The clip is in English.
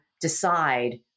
decide